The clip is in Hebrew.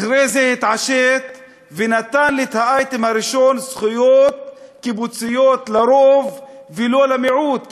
אחרי זה התעשת ונתן את האייטם הראשון: זכויות קיבוציות לרוב ולא למיעוט,